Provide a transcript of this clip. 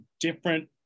different